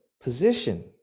position